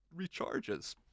recharges